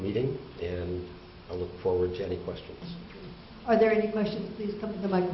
meeting and i look forward to any questions are there any question comes in like